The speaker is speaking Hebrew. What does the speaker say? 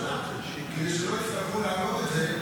כדי שלא יצטרכו להעלות את זה,